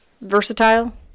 Versatile